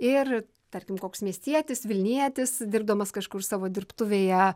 ir tarkim koks miestietis vilnietis dirbdamas kažkur savo dirbtuvėje